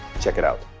check it out.